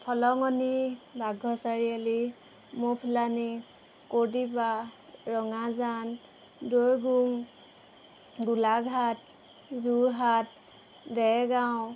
থলঙণি বাঘৰ চাৰিআলি মুহফুলানী ৰঙাজান দৈগো গোলাঘাট যোৰহাট ডেৰগাঁও